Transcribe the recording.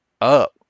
up